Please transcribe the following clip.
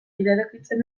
iradokitzen